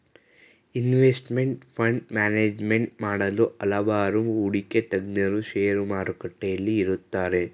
investment fund management ಮಾಡಲು ಹಲವಾರು ಹೂಡಿಕೆ ತಜ್ಞರು ಶೇರು ಮಾರುಕಟ್ಟೆಯಲ್ಲಿ ಇರುತ್ತಾರೆ